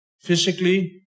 physically